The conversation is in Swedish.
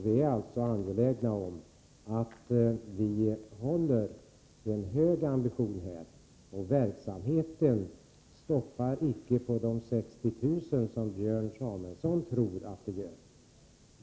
Vi är således angelägna om att ha en hög ambition på det området. Verksamheten stoppar inte på grund av de 60 000 kronorna, som Björn Samuelson tror.